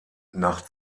nach